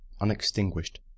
unextinguished